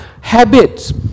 Habits